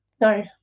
No